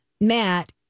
Matt